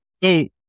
Hey